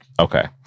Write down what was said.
Okay